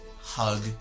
hug